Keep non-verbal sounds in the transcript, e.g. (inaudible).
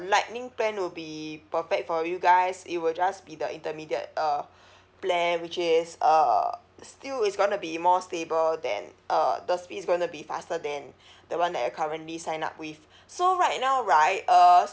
lightning plan would be perfect for you guys it will just be the intermediate uh (breath) plan which is uh still is going to be more stable than uh the speed going to be faster than (breath) the one that you're currently sign up with so right now right uh